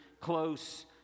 close